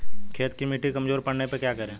खेत की मिटी कमजोर पड़ने पर क्या करें?